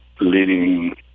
leading